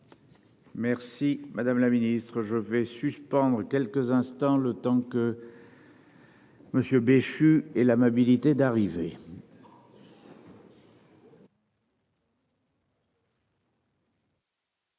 Merci madame la ministre je vais suspendre quelques instants, le temps que. Monsieur Béchu et l'amabilité d'arriver.